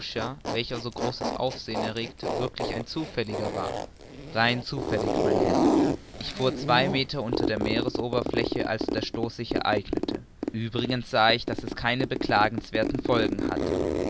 welcher so großes aufsehen erregte ein zufälliger war rein zufällig mein herr ich fuhr zwei meter unter der meeresoberfläche als der stoß sich ereignete uebrigens sah ich daß er keine beklagenswerthen folgen hatte